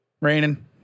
Raining